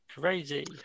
Crazy